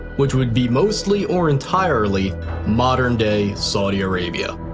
which would be mostly or entirely modern-day saudi arabia.